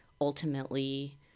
ultimately